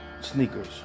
Sneakers